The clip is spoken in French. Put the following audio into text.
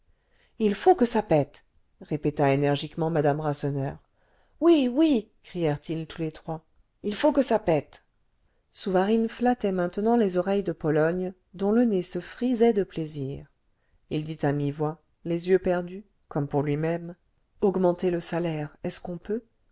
il faut que ça pète répéta énergiquement madame rasseneur oui oui crièrent-ils tous les trois il faut que ça pète souvarine flattait maintenant les oreilles de pologne dont le nez se frisait de plaisir il dit à demi-voix les yeux perdus comme pour lui-même augmenter le salaire est-ce qu'on peut